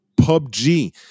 PUBG